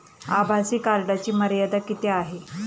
आभासी कार्डची मर्यादा किती आहे?